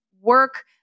work